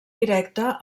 directe